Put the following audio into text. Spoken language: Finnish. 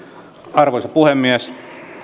arvoisa puhemies